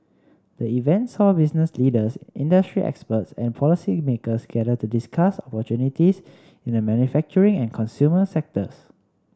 the event saw business leaders industry experts and policymakers gather to discuss opportunities in the manufacturing and consumer sectors